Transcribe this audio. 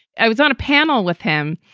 i was on a panel with him.